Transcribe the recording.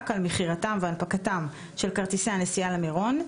על מכירתם והנפקתם של כרטיסי הנסיעה למירון,